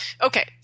Okay